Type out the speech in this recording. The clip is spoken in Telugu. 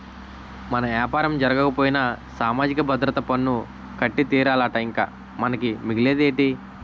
మన యాపారం జరగకపోయినా సామాజిక భద్రత పన్ను కట్టి తీరాలట ఇంక మనకి మిగిలేదేటి